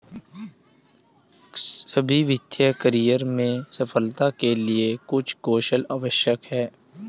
सभी वित्तीय करियर में सफलता के लिए कुछ कौशल आवश्यक हैं